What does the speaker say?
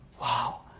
Wow